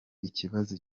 ikibazo